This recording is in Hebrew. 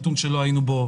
וזה נתון שלא היינו בו,